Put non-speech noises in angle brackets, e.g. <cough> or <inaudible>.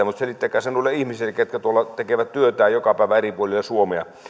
<unintelligible> mutta selittäkää se noille ihmisille ketkä tuolla tekevät työtään joka päivä eri puolilla suomea